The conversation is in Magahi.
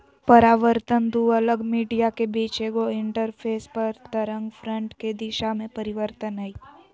परावर्तन दू अलग मीडिया के बीच एगो इंटरफेस पर तरंगफ्रंट के दिशा में परिवर्तन हइ